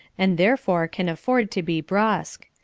and therefore can afford to be brusque.